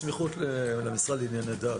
בסמיכות למשרד לענייני דת.